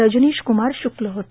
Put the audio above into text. रजनीश कुमार श्क्ल होते